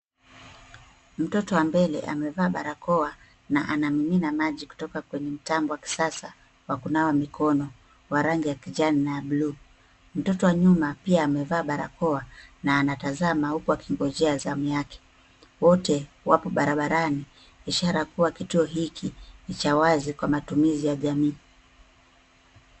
Mtoto wa mbele amevaa barakoa na anamimina maji kutoka kwenye mtambo wa kisasa wa kunawa mikono wa rangi ya kijani na buluu. Mtoto wa nyuma pia amevaa barakoa na atazama huku akingojea zamu yake. Wote wako barabarani ishara kuwa kituo hiki ni cha wazi kwa matumizi ya jamii.